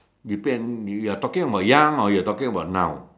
you plan you are talking about young or you are talking about now